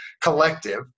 collective